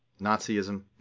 Nazism